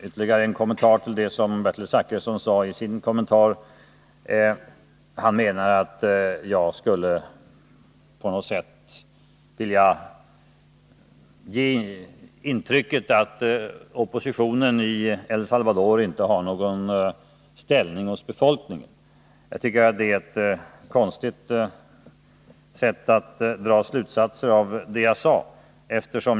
Ytterligare en kommentar till det som Bertil Zachrisson sade i sitt inlägg. Han menar att jag på något sätt skulle vilja ge intryck av att oppositionen i El Salvador inte hade någon ställning hos befolkningen. Jag tycker att det är en konstig slutsats av vad jag sade.